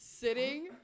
sitting